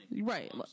Right